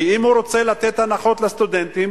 כי אם הוא רוצה לתת הנחות לסטודנטים,